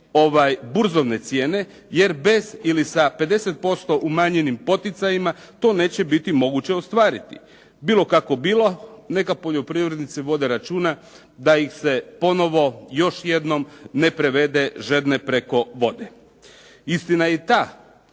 burzovne cijene jer bez ili sa 50% umanjenim poticajima to neće biti moguće ostvariti. Bilo kako bilo, neka poljoprivrednici vode računa da ih se ponovo još jednom ne prevede žedne preko vode. Istina je i